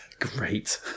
Great